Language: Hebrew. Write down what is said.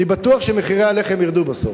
אני בטוח שמחירי הלחם ירדו בסוף.